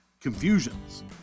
confusions